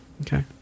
Okay